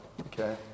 okay